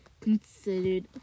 considered